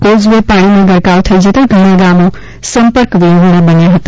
causeway પાણીમા ગરકાવ થઈ જતા ઘણા ગામો સંપર્ક વિહોણા બન્યા હતા